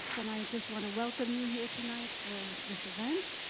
and i just want to welcome you here tonight for this event.